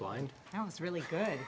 blind oh it's really good